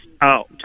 out